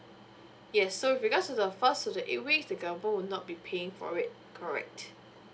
yes so with regards to the first to the eight weeks the government would not be paying for it correct